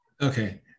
Okay